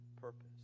purpose